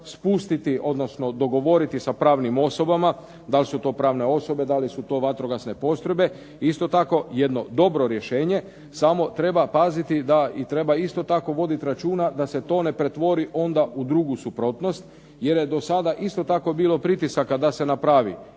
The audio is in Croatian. spustiti, odnosno dogovoriti sa pravnim osobama da li su to pravne osobe, da li su to vatrogasne postrojbe isto tako jedno dobro rješenje samo treba paziti da i treba isto tako voditi računa da se to ne pretvori onda u drugu suprotnost jer je do sada isto tako bilo pritisaka da se napravi